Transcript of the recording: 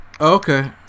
Okay